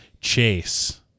chase